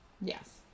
Yes